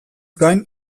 gain